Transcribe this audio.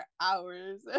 hours